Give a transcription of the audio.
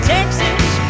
Texas